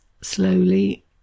slowly